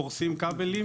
פורשים כבלים.